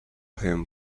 him